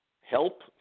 help